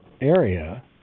area